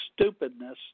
stupidness